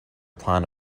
plan